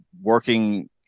working